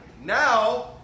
Now